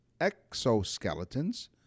exoskeletons